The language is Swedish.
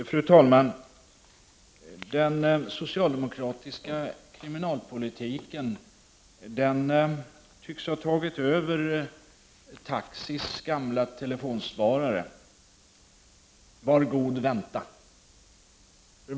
Fru talman! Den socialdemokratiska kriminalpolitiken tycks ha tagit över Taxis gamla telefonsvarare: Var god vänta!